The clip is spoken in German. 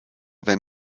wenn